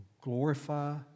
Glorify